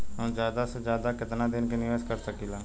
हम ज्यदा से ज्यदा केतना दिन के निवेश कर सकिला?